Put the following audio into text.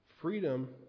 freedom